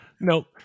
Nope